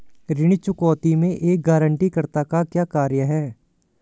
ऋण चुकौती में एक गारंटीकर्ता का क्या कार्य है?